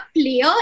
player